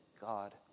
God